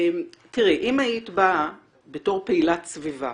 תראי, אם היית באה בתור פעילת סביבה